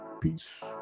Peace